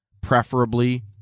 preferably